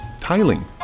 tiling